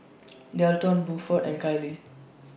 Delton Buford and Kayli